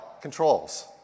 controls